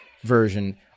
version